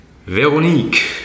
Veronique